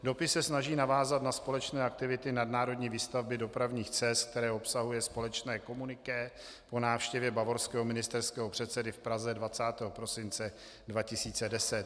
Dopis se snaží navázat na společné aktivity nadnárodní výstavby dopravních cest, které obsahuje společné komuniké po návštěvě bavorského ministerského předsedy v Praze 20. prosince 2010.